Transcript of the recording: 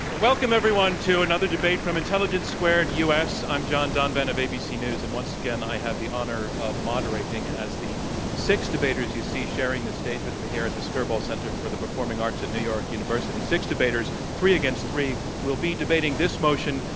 welcome everyone to another debate from intelligence squared u. s. i'm john donvan of abc news and, once again, i have the honor of moderating as the six debaters you see sharing the stage with me here at the skirball center for the performing arts of new york university six debaters, three against three will be debating this motion,